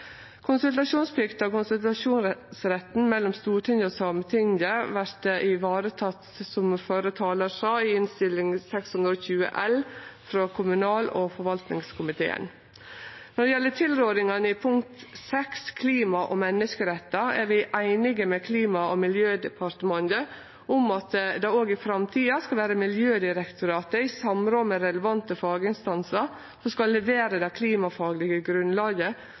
mellom Stortinget og Sametinget vert varetekne, som den førre talaren sa, i Innst. 620 L for 2020–2021 frå kommunal- og forvaltningskomiteen. Når det gjeld tilrådingane i punkt 6, klima og menneskerettar, er vi einige med Klima- og miljødepartementet om at det også i framtida skal vere Miljødirektoratet i samråd med relevante faginstansar som skal levere det klimafaglege grunnlaget